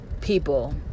people